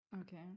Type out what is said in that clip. Okay